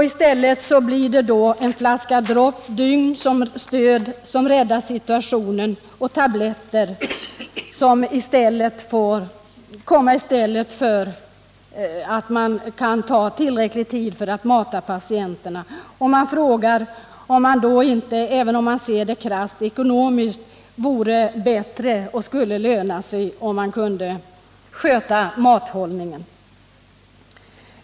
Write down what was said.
I stället blir det en flaska dropp per dygn som räddar situationen. Tabletter får komma i stället för den tid det tar att mata patienterna. Man frågar sig om det inte vore bättre — även krasst ekonomiskt sett — att man fick tid för att sköta patienternas mathållning.